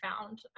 found